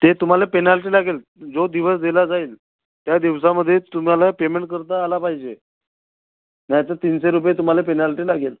ते तुम्हाला पेनाल्टी लागेल जो दिवस दिला जाईल त्या दिवसामध्ये तुम्हाला पेमेंट करता आलं पाहिजे नाहीतर तीनशे रुपये तुम्हाला पेनाल्टी लागेल